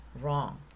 wrong